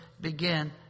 begin